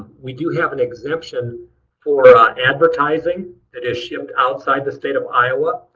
we do have an exemption for ah advertising that is shipped outside the state of iowa.